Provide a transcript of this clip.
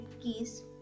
keys